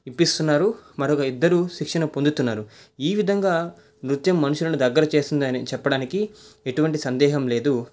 ఇప్పిస్తున్నారు మరొక ఇద్దరు శిక్షణ పొందుతున్నారు ఈ విధంగా నృత్యం మనుషులను దగ్గర చేస్తుందని చెప్పడానికి ఎటువంటి సందేహం లేదు